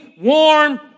warm